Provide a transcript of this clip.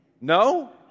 No